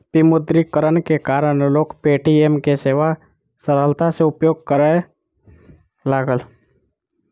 विमुद्रीकरण के कारण लोक पे.टी.एम के सेवा सरलता सॅ उपयोग करय लागल